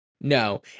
No